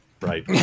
right